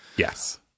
Yes